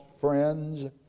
friends